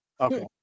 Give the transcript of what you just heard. Okay